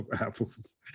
apples